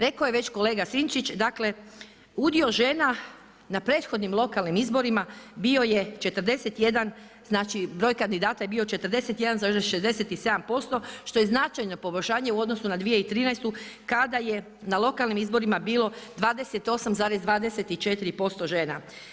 Rekao je već kolega Sinčić, dakle udio žena na prethodnim lokalnim izborima bio je 41, znači broj kandidata je bio 41,67% što je značajno poboljšanje u odnosu na 2013. kada je na lokalnim izborima bilo 28,24% žena.